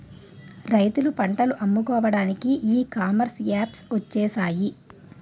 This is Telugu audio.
రైతులు పంటలు అమ్ముకోవడానికి ఈ కామర్స్ యాప్స్ వచ్చేసాయి